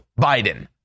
Biden